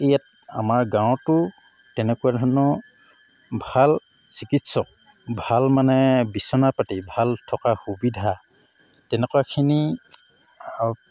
ইয়াত অমাৰ গাঁৱতো তেনেকুৱা ধৰণৰ ভাল চিকিৎসক ভাল মানে বিচনাপাতি ভাল থকা সুবিধা তেনেকুৱাখিনি আৰু